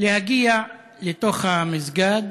להגיע לתוך המסגד,